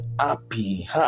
happy